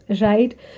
right